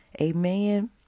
Amen